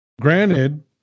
Granted